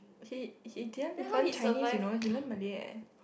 he he didn't learn Chinese you know he learn Malay eh